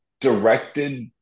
directed